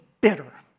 bitter